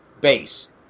base